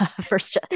first